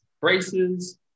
braces